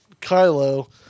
Kylo